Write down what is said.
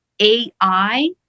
AI